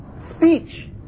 speech